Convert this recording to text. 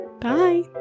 Bye